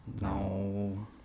No